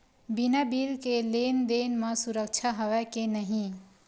बिना बिल के लेन देन म सुरक्षा हवय के नहीं?